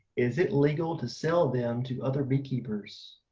is it legal to sell them to other beekeepers?